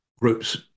groups